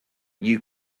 you